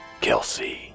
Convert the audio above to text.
Kelsey